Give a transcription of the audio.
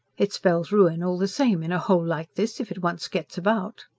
it spells ruin all the same in a hole like this, if it once gets about.